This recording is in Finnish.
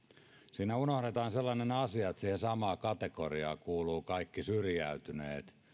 siinä unohdetaan sellainen asia että samaan kategoriaan kuuluvat kaikki syrjäytyneet